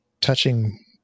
touching